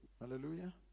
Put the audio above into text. Hallelujah